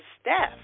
Steph